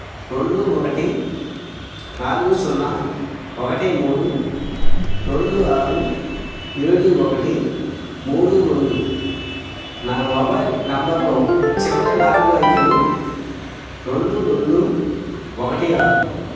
రెండు ఒకటి నాలుగు సున్నా ఒకటి మూడు రెండు ఆరు ఏడు ఒకటి మూడు రెండు నా మొబైల్ నంబర్లో చివరి నాలుగు అంకెలు రెండు రెండు ఒకటి ఆరు